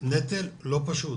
נטל לא פשוט